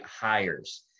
hires